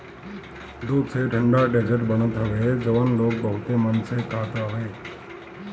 दूध से ठंडा डेजर्ट बनत हवे जवन लोग बहुते मन से खात हवे